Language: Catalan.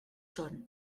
són